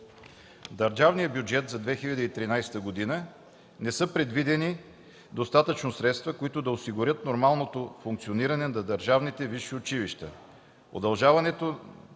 държавния бюджет за 2013 г. не са предвидени достатъчно средства, които да осигурят нормалното функциониране на държавните висши училища. Удължаването